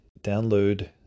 download